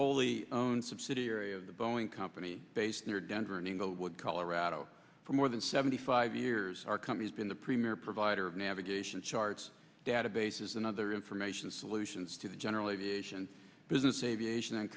wholly owned subsidiary of the boeing company based near denver and englewood colorado for more than seventy five years our company's been the premier provider of navigation charts databases and other information solutions to the general aviation business aviation and